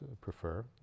prefer